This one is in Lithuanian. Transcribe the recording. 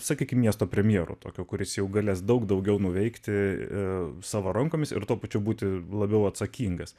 sakykime miesto premjeru tokio kuris jau galės daug daugiau nuveikti savo rankomis ir tuo pačiu būti labiau atsakingas